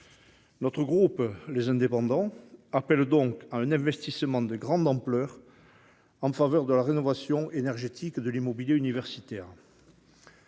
Le groupe Les Indépendants appelle donc à un investissement de grande ampleur en faveur de la rénovation énergétique de l'immobilier universitaire.